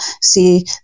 see